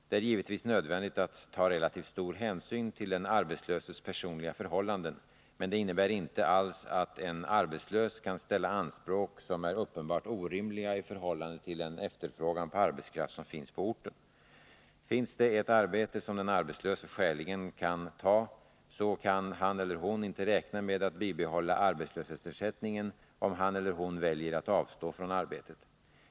Det är givetvis nödvändigt att ta relativt stor hänsyn till den arbetslöses personliga förhållanden, men det innebär inte alls att en arbetslös kan ställa anspråk som är uppenbart orimliga i förhållande till den efterfrågan på arbetskraft som finns på orten. Finns det ett arbete som den arbetslöse skäligen kan ta, så kan han eller hon inte räkna med att bibehålla arbetslöshetsersättningen om han eller hon väljer att avstå från arbetet.